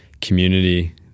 community